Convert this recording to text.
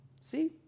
See